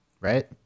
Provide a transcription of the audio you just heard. right